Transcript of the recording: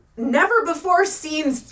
never-before-seen